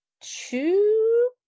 two